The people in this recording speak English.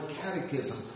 catechism